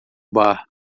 bar